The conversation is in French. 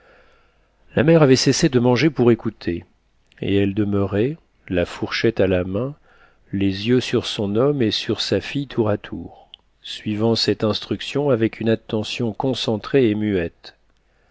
la mère avait cessé de manger pour écouter et elle demeurait la fourchette à la main les yeux sur son homme et sur sa fille tour à tour suivant cette instruction avec une attention concentrée et muette